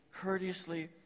courteously